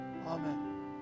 Amen